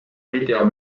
video